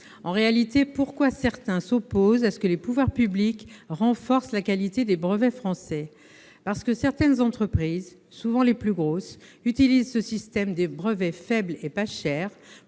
En réalité, pourquoi certains s'opposent à ce que les pouvoirs publics renforcent la qualité des brevets français ? Certaines entreprises, souvent les plus grosses, utilisent ce système des brevets faibles et pas chers